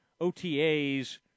OTAs